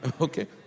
Okay